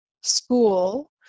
school